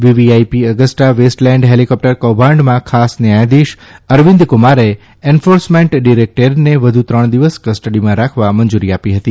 VVIP Agusta Westland helicopter કૌભાંડમાં ખાસ ન્યાયાધીશ અરવિંદ કુમારે એન્ફોર્સમેન્ટ ડીરેકટરેટને વધુ ત્રણ દિવસ કસ્ટડીમાં રાખવા મંજૂરી આપી હતી